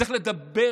צריך לדבר